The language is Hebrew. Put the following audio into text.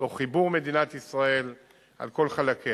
תוך חיבור מדינת ישראל על כל חלקיה.